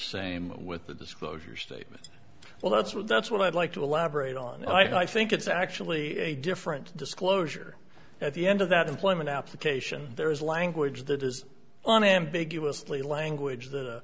same with the disclosure statement well that's what that's what i'd like to elaborate on i think it's actually a different disclosure at the end of that employment application there is language that is on ambiguously language th